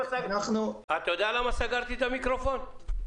אתה יודע למה סגרתי את המיקרופון?